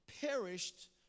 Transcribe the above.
perished